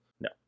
No